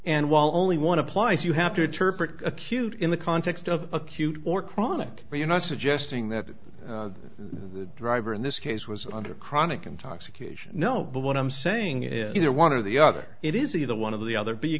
and while only one applies you have to interpret acute in the context of acute or chronic are you not suggesting that the driver in this case was under chronic intoxication no but what i'm saying is either one or the other it is either one of the other but you